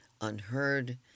unheard